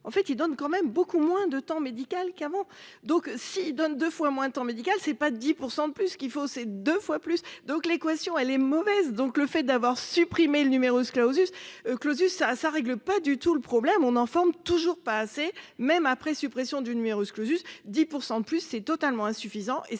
En fait il donne quand même beaucoup moins de temps médical qu'avant. Donc si il donne 2 fois moins temps médical c'est pas 10% de plus qu'il faut c'est deux fois plus, donc l'équation elle est mauvaise, donc le fait d'avoir supprimer le numerus clausus clausus à sa règle pas du tout le problème, on en forme toujours pas assez même après suppression du numerus clausus 10% plus, c'est totalement hein. Visant